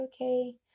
okay